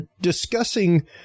discussing